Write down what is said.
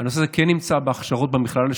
הנושא הזה כן נמצא בהכשרות במכללה לשוטרים.